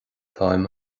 táim